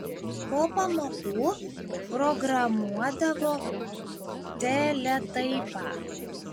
po pamokų programuodavo teletaipą